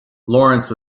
lawrence